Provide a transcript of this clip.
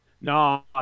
No